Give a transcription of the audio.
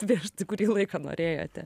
prieš kurį laiką norėjote